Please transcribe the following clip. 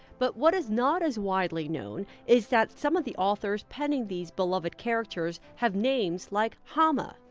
but what is not as widely known is that some of the authors penning these beloved characters have names like hama,